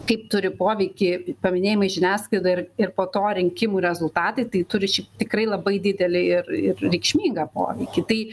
kaip turi poveikį paminėjimai žiniasklaidoj ir ir po to rinkimų rezultatai tai turi šiaip tikrai labai didelį ir ir reikšmingą poveikį tai